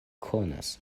konas